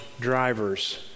drivers